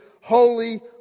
holy